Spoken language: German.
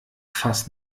fass